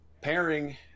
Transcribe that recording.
pairing